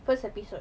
first episode